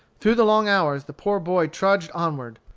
through the long hours, the poor boy trudged onward,